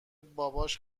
باباش